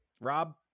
Rob